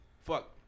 fuck